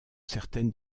certaines